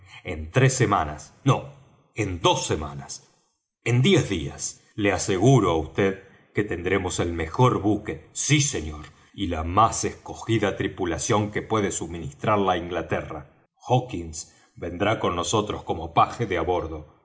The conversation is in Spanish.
en tres semanas nó en dos semanas en diez días le aseguro á vd que tendremos el mejor buque si señor y la más escojida tripulación que puede suministrar la inglaterra hawkins vendrá con nosotros como paje de á bordo